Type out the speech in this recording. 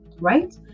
right